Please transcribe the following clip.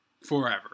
forever